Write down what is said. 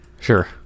Sure